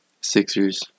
Sixers